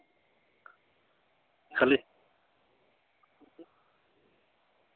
ᱠᱷᱟᱹᱞᱤ